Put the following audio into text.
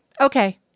Okay